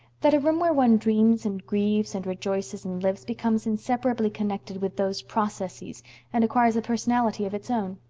that a room where one dreams and grieves and rejoices and lives becomes inseparably connected with those processes and acquires a personality of its own.